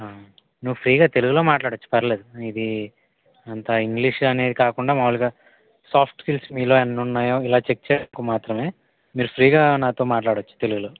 నువ్వు ఫ్రీగా తెలుగులో మాట్లాడచ్చు పర్లేదు ఇది అంతా ఇంగ్లీష్ అనేది కాకుండా మాములుగా సాఫ్ట్ స్కిల్స్ మీలో ఎన్నున్నాయో ఇలా చెక్ చేసుకో మాత్రమే మీరు ఫ్రీగా నాతో మాట్లాడచ్చు తెలుగులో